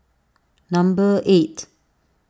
number eight